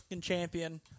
champion